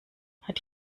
hat